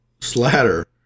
slatter